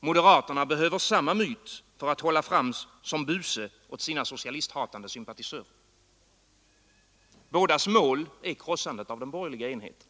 Moderaterna behöver samma myt för att hålla fram som buse åt sina socialisthatande sympatisörer. Bådas mål är krossandet av den borgerliga enheten.